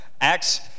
Acts